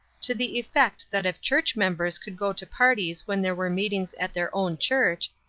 to the effect that if church-members could go to parties when there were meetings at their own church,